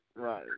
Right